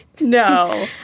No